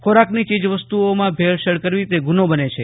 ખોરાકની ચીજ વસ્તુઓમાં ભેળસેળ કરવી તે ગુનો બને છે